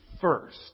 first